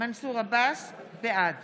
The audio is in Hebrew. בעד